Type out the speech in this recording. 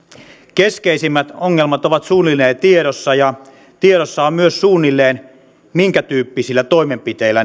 keskeisimmät ongelmat ovat suunnilleen tiedossa ja tiedossa on myös suunnilleen minkätyyppisillä toimenpiteillä